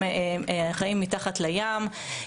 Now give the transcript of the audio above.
החיים מתחת לים.